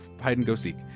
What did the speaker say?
hide-and-go-seek